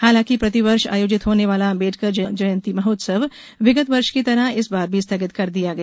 हालांकि प्रतिवर्ष आयोजित होने वाला आंबेडकर जयंती महोत्सव विगत वर्ष की तरह इस बार भी स्थगित कर दिया गया